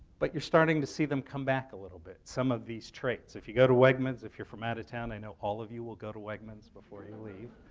but you're starting to see them come back a little bit, some of these traits. if you go to wegmans if you're from out of town, i know all of you will go to wegmans before you leave.